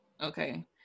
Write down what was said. Okay